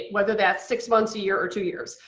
whether that's six months, a year, or two years.